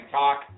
talk